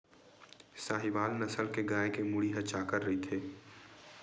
साहीवाल नसल के गाय के मुड़ी ह चाकर रहिथे